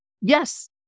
Yes